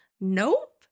nope